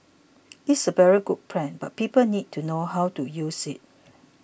is a very good plan but people need to know how to use it